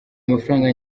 mafaranga